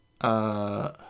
Uh